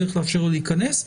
צריך לאפשר לו להיכנס.